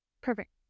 Perfect